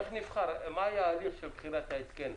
מה היה ההליך של בחירת ההתקן,